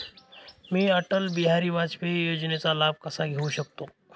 मी अटल बिहारी वाजपेयी योजनेचा लाभ कसा घेऊ शकते?